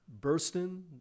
Bursting